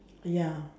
ya